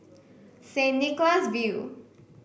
Saint Nicholas View